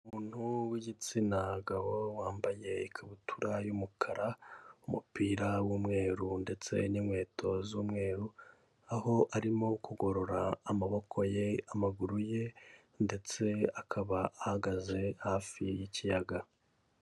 Umuntu w'igitsina gabo wambaye ikabutura y'umukara, umupira w'umweru ndetse n'inkweto z'umweru, aho arimo kugorora amaboko ye, amaguru ye ndetse akaba ahagaze hafi y'ikiyaga.